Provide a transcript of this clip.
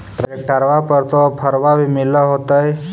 ट्रैक्टरबा पर तो ओफ्फरबा भी मिल होतै?